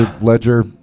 Ledger